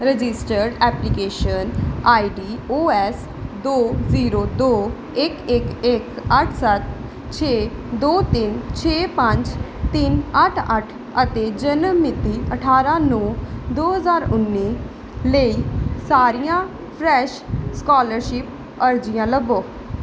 registered application ID O S ਐਸ ਦੋ zero ਦੋ ਇੱਕ ਇੱਕ ਇੱਕ ਅੱਠ ਸੱਤ ਛੇ ਦੋ ਤਿੰਨ ਛੇ ਪੰਜ ਤਿੰਨ ਅੱਠ ਅੱਠ ਅਤੇ ਜਨਮ ਮਿਤੀ ਅਠਾਰਾਂ ਨੌਂ ਦੋ ਹਜ਼ਾਰ ਉੱਨੀ ਲਈ ਸਾਰੀਆਂ ਫਰੈਸ਼ ਸਕਾਲਰਸ਼ਿਪ ਅਰਜ਼ੀਆਂ ਲੱਭੋ